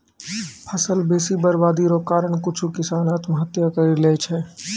फसल बेसी बरवादी रो कारण कुछु किसान आत्महत्या करि लैय छै